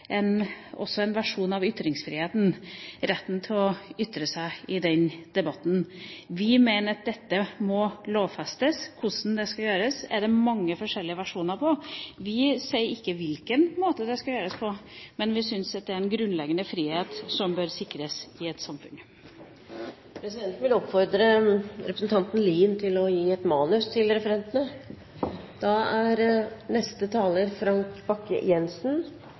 måte også en versjon av ytringsfriheten, retten til å ytre seg i den debatten. Vi mener at dette må lovfestes. Hvordan det skal gjøres, er det mange forskjellige versjoner om. Vi sier ikke hvilken måte det skal gjøres på, men vi synes at det er en grunnleggende frihet som bør sikres i et samfunn. Presidenten vil oppfordre representanten Lien til å gi et manus til referentene.